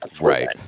Right